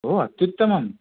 ओ अत्युत्तमम्